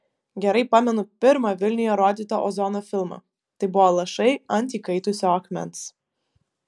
gerai pamenu pirmą vilniuje rodytą ozono filmą tai buvo lašai ant įkaitusio akmens